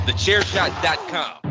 TheChairShot.com